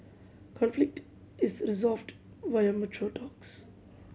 conflict is resolved via mature talks